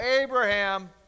Abraham